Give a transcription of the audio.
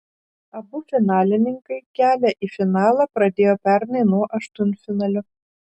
abu finalininkai kelią į finalą pradėjo pernai nuo aštuntfinalio